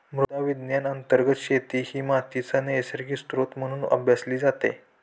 मृदा विज्ञान अंतर्गत शेती ही मातीचा नैसर्गिक स्त्रोत म्हणून अभ्यासली जाते